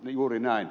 juuri näin